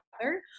together